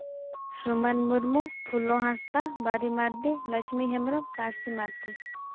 Suman Murmu Phulo Hansda Bari Mardi Lasmi Hembrom Parsi Mardi